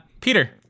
Peter